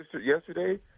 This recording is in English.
yesterday